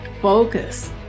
focus